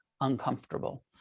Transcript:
uncomfortable